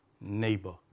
neighbor